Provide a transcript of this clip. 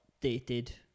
dated